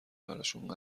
براشون